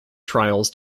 trials